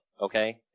okay